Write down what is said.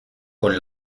con